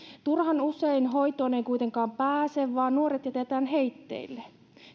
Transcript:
turhan usein hoitoon ei kuitenkaan pääse vaan nuoret jätetään heitteille